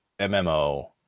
MMO